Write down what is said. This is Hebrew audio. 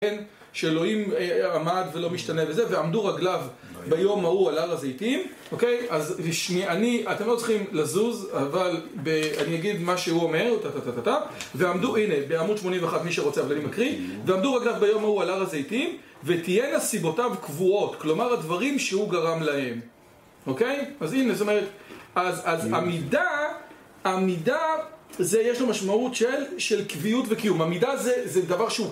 שאלוהים עמד ולא משתנה וזה ועמדו רגליו ביום ההו על הר הזיתים אוקיי? אז אני... אתם לא צריכים לזוז אבל אני אגיד מה שהוא אומר ועמדו... הנה, בעמוד 81 מי שרוצה אבל אני מקריא ועמדו רגליו ביום ההו על הר הזיתים ותהיה נסיבותיו קבועות כלומר הדברים שהוא גרם להם אוקיי? אז הנה זאת אומרת אז עמידה... עמידה זה יש לו משמעות של קביעות וקיום עמידה זה דבר שהוא...